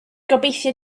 gobeithio